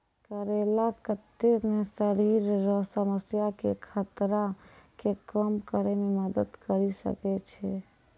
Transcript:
करेला कत्ते ने शरीर रो समस्या के खतरा के कम करै मे मदद करी सकै छै